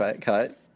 cut